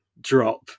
drop